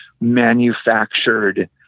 manufactured